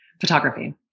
Photography